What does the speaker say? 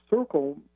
circle